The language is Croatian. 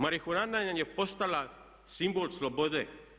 Marihuana nam je postala simbol slobode.